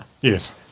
yes